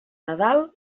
nadal